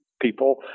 people